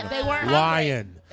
lion